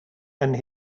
and